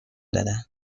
بدهم